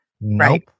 Nope